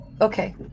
Okay